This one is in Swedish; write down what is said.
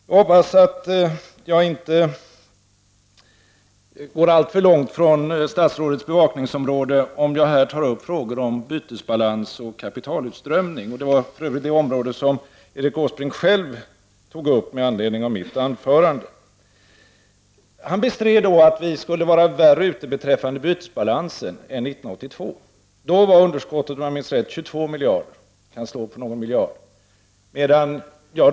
Jag hoppas att jag inte går alltför långt från statsrådets bevakningsområde om jag i detta sammanhang tar upp frågor om bytesbalans och kapitalutströmning. Det var för övrigt det område som Erik Åsbrink själv tog upp med anledning av mitt anförande. Han bestred då att vi i Sverige skulle vara värre ute beträffande bytesbalansen än vi var 1982. Då var underskottet, om jag minns rätt, 22 miljarder, möjligen någon miljard mer eller mindre.